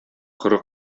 коры